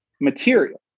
material